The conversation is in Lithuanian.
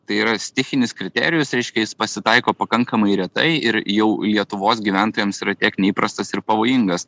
tai yra stichinis kriterijus reiškia jis pasitaiko pakankamai retai ir jau lietuvos gyventojams yra tiek neįprastas ir pavojingas